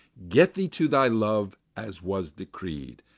get thee to thy love, as was decreed,